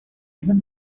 even